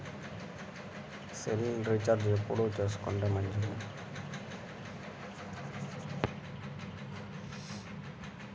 Cell recharge ఎప్పుడు చేసుకొంటే మంచిది?